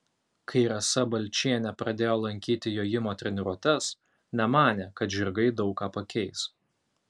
kai rasa balčienė pradėjo lankyti jojimo treniruotes nemanė kad žirgai daug ką pakeis